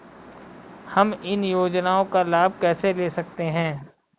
हम इन योजनाओं का लाभ कैसे ले सकते हैं?